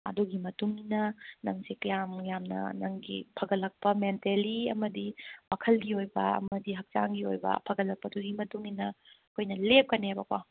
ꯑꯗꯨꯒꯤ ꯃꯇꯨꯡ ꯏꯟꯅ ꯅꯪꯁꯦ ꯀꯌꯥꯝ ꯌꯥꯝꯅ ꯅꯪꯒꯤ ꯐꯒꯠꯂꯛꯄ ꯃꯦꯟꯇꯦꯜꯂꯤ ꯑꯃꯗꯤ ꯋꯥꯈꯜꯒꯤ ꯑꯣꯏꯕ ꯑꯃꯗꯤ ꯍꯛꯆꯥꯡꯒꯤ ꯑꯣꯏꯕ ꯐꯒꯠꯂꯛꯄꯗꯨꯒꯤ ꯃꯇꯨꯡ ꯏꯟꯅ ꯑꯩꯈꯣꯏꯅ ꯂꯦꯞꯀꯅꯦꯕꯀꯣ